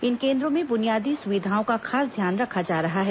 इन केंद्रों में बुनियादी सुविधाओं का खास ध्यान रखा जा रहा है